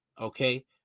Okay